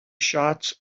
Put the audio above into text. shots